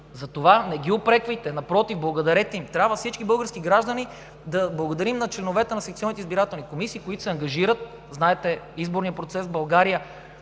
Затова не ги упреквайте, а напротив, благодарете им. Трябва всички български граждани да благодарим на членовете на секционните избирателни комисии, които се ангажират, знаете, изборният процес в България